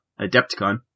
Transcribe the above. Adepticon